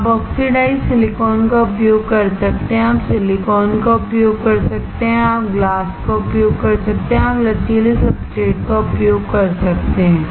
आप oxidised silicon का उपयोग कर सकते हैं आप सिलिकॉन का उपयोग कर सकते हैं आप ग्लास का उपयोग कर सकते हैं आप लचीले सब्सट्रेट का उपयोग कर सकते हैं